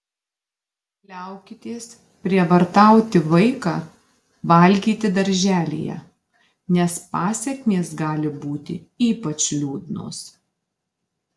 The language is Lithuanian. liaukitės prievartauti vaiką valgyti darželyje nes pasekmės gali būti ypač liūdnos